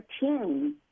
team